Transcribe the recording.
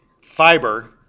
fiber